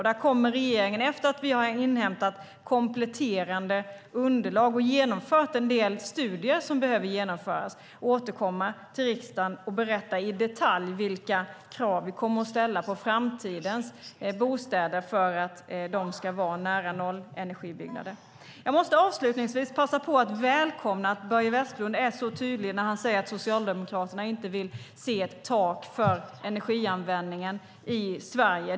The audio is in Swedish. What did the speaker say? Efter att regeringen har inhämtat kompletterande underlag och genomfört en del studier kommer vi att återkomma till riksdagen och berätta i detalj vilka krav vi kommer att ställa på framtidens bostäder för att de ska bli nära-noll-energibyggnader. Avslutningsvis måste jag passa på att välkomna att Börje Vestlund är så tydlig när han säger att Socialdemokraterna inte vill se ett tak för energianvändningen i Sverige.